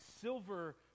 silver